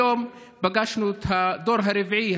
היום פגשנו את הדור הרביעי,